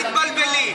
אל תתבלבלי.